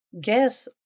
guess